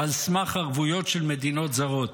ועל סמך ערבויות של מדינות זרות.